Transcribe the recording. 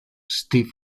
steve